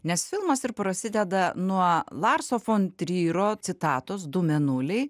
nes filmas ir prasideda nuo larso fon tryro citatos du mėnuliai